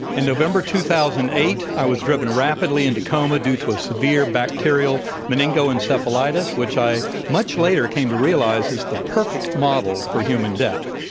in november two thousand and eight i was driven rapidly into coma due to a severe bacterial meningoencephalitis which i much later came to realize is the perfect model for human death,